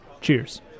Cheers